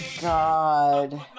God